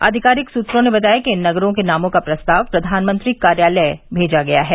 आधिकारिक सूत्रों ने बताया कि इन नगरों के नामों का प्रस्ताव प्रधानमंत्री कार्यालय मेजा गया है